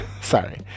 sorry